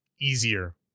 easier